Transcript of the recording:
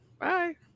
Bye